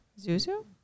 Zuzu